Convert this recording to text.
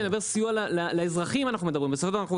אני מדבר על סיוע לאזרחים, אנחנו מדברים, בסדר?